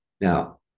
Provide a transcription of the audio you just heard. Now